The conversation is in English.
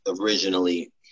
originally